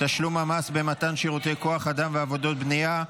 תשלום המס במתן שירותי כוח אדם ועבודות בנייה),